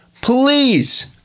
please